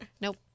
Nope